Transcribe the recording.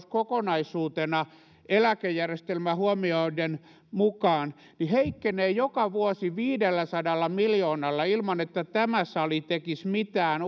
kokonaisuutena eläkejärjestelmä mukaan huomioiden heikkenee joka vuosi viidelläsadalla miljoonalla ilman että tämä sali tekisi mitään